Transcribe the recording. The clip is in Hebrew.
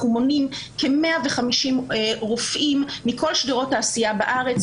אנחנו מונים כ-150 רופאים מכל שדרות העשייה בארץ,